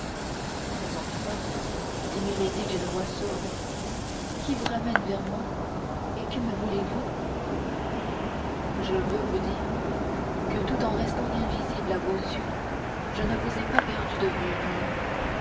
mais enfin dit milady d'une voix sourde qui vous ramène vers moi et que me voulez-vous je veux vous dire que tout en restant invisible à vos yeux je ne vous ai pas perdue de vue moi